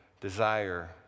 desire